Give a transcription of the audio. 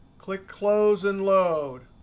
click close and load.